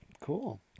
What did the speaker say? cool